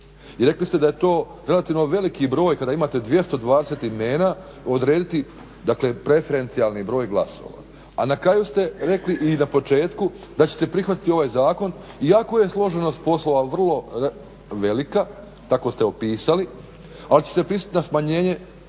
rekli ste da je to relativno veliki broj kada imate 220 imena odrediti dakle preferencijalni broj glasova. A na kraju ste rekli i na početku da ćete prihvatiti ovaj zakon. Iako je složenost poslova vrlo velika, tako ste opisali, ali ćete pristat na smanjenje